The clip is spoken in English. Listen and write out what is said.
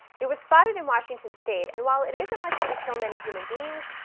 it was spotted in washington state, and while it isn't likely to kill many human beings,